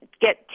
get